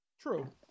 True